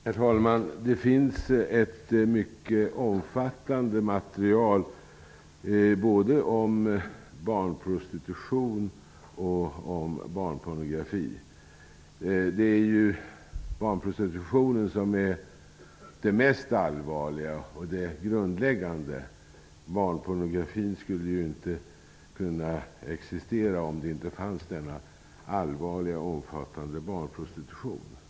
Herr talman! Det finns ett mycket omfattande material både om barnprostitution och barnpornografi. Barnprostitutionen är det mest allvarliga och det grundläggande. Barnpornografin skulle inte kunna existera om inte den allvarliga och omfattande barnprostitutionen fanns.